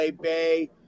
bay